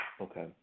Okay